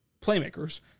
playmakers